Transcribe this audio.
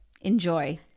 Enjoy